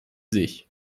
sich